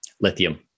Lithium